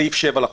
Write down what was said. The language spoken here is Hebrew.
סעיף 7 לחוק.